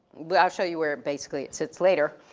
but i'll show you where basically it sits later.